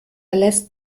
lässt